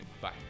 Bye